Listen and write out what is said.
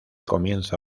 comienzo